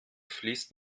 fließt